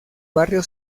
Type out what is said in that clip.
barrio